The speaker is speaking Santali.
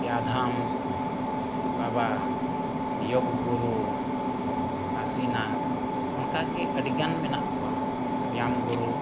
ᱵᱮᱭᱟᱫᱚᱢ ᱵᱟᱵᱟᱭᱳᱜᱽ ᱜᱩᱨᱩ ᱠᱟᱥᱤᱱᱟ ᱚᱱᱠᱟ ᱜᱮ ᱟᱹᱰᱤ ᱜᱟᱱ ᱢᱮᱱᱟᱜ ᱠᱚᱣᱟ ᱵᱮᱭᱟᱢ ᱜᱩᱨᱩ